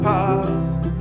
past